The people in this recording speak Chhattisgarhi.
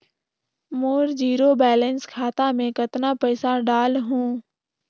मोर जीरो बैलेंस खाता मे कतना पइसा डाल हूं?